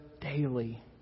daily